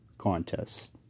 contests